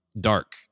dark